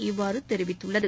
இவ்வாறு தெரிவித்துள்ளது